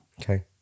Okay